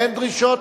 אין דרישות.